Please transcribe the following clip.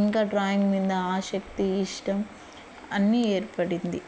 ఇంకా డ్రాయింగ్ మీద ఆసక్తి ఇష్టం అన్ని ఏర్పడింది